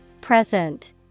Present